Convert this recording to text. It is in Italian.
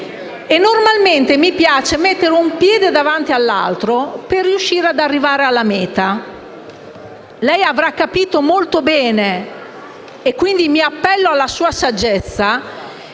e normalmente mi piace mettere un piede davanti all'altro per riuscire ad arrivare alla meta. Lei avrà capito molto bene - quindi mi appello alla sua saggezza